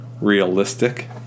realistic